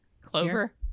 clover